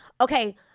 okay